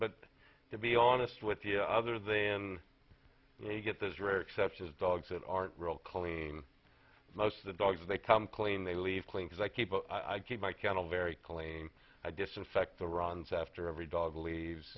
but to be honest with the other then you get this rare exceptions dogs that aren't real clean most of the dogs they come clean they leave clean because i keep i keep my kennel very clean i disinfect the runs after every dog leaves